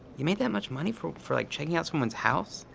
you made that much money for for like checking out someone's house?